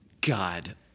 God